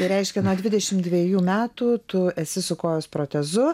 tai reiškia nuo dvidešimt dviejų metų tu esi su kojos protezu